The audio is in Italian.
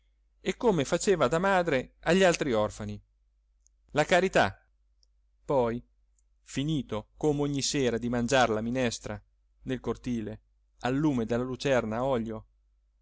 e come faceva da madre agli altri orfani la carità poi finito come ogni sera di mangiar la minestra nel cortile al lume della lucerna a olio